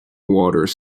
waters